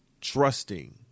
trusting